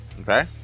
okay